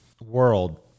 world